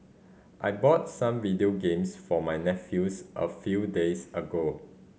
I bought some video games for my nephews a few days ago